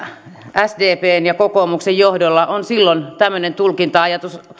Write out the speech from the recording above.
sdpn ja kokoomuksen johdolla on silloin tämmöinen tulkinta ajatus